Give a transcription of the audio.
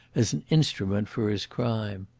as an instrument for his crime.